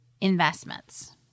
investments